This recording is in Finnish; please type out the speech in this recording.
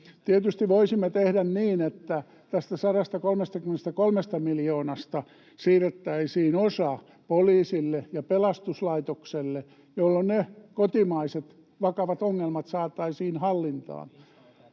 Tietysti voisimme tehdä niin, että tästä 133 miljoonasta siirrettäisiin osa poliisille ja pelastuslaitokselle, jolloin ne kotimaiset, vakavat ongelmat saataisiin hallintaan,